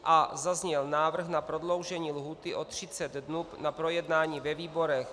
A zazněl návrh na prodloužení lhůty o 30 dnů na projednání ve výborech.